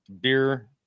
beer